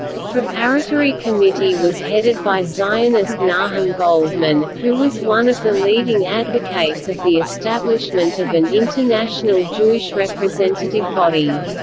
a preparatory committee was headed by zionist nahum goldmann, who was one of the leading advocates of the establishment of an international jewish representative body.